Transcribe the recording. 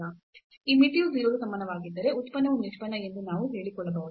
ಈ ಮಿತಿಯು 0 ಗೆ ಸಮನಾಗಿದ್ದರೆ ಉತ್ಪನ್ನವು ನಿಷ್ಪನ್ನ ಎಂದು ನಾವು ಹೇಳಿಕೊಳ್ಳಬಹುದು